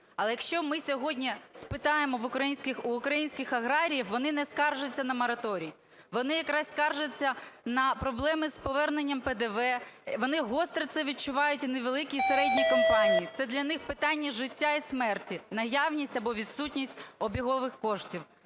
Але якщо ми сьогодні спитаємо у українських аграріїв, вони не скаржаться на мораторій, вони якраз скаржаться на проблеми з поверненням ПДВ, вони гостро це відчувають, і невеликі, і середні компанії. Це для них питання життя і смерті – наявність або відсутність обігових коштів.